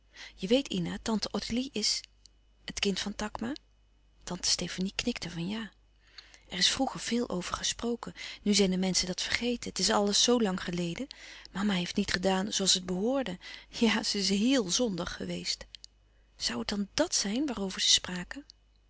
je weet ina tante ottilie is het kind van takma tante stefanie knikte van ja er is vroeger veel over gesproken nu zijn de menschen dat vergeten het is alles zoo lang geleden mama heeft niet gedaan zoo als het behoorde ja ze is héel zondig geweest zoû het dan dàt zijn waarover ze spraken